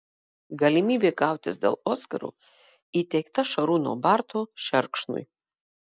galimybė kautis dėl oskaro įteikta šarūno barto šerkšnui